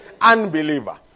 unbeliever